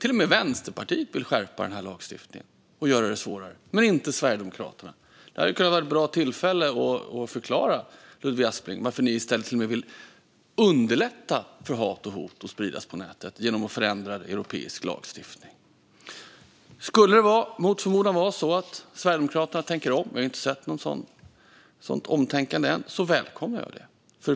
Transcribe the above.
Till och med Vänsterpartiet vill skärpa den här lagstiftningen och göra det svårare, men inte Sverigedemokraterna. Detta hade kunnat vara ett bra tillfälle att förklara, Ludvig Aspling, varför ni i stället vill till och med underlätta för hat och hot att spridas på nätet genom att förändra europeisk lagstiftning. Skulle det mot förmodan vara så att Sverigedemokraterna tänker om välkomnar jag det, men jag har inte sett något sådant omtänkande än.